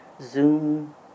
Zoom